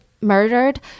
murdered